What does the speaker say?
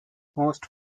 most